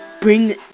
bring